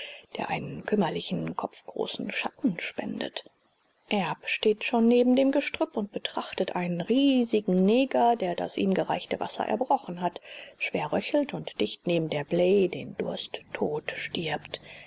der einen kümmerlichen kopfgroßen schatten spendet erb steht schon neben dem gestrüpp und betrachtet einen riesigen neger der das ihm gereichte wasser erbrochen hat schwer röchelt und dicht neben der bley den dursttod stirbt